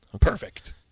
Perfect